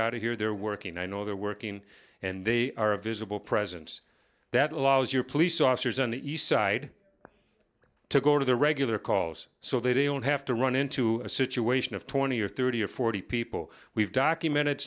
of here they're working i know they're working and they are a visible presence that allows your police officers on the east side to go to the regular calls so they don't have to run into a situation of twenty or thirty or forty people we've documented